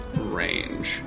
range